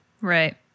Right